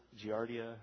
Giardia